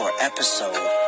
episode